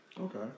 Okay